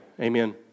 Amen